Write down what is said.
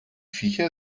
viecher